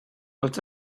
that